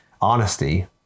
honesty